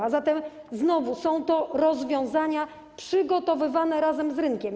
A zatem są to rozwiązania przygotowane razem z rynkiem.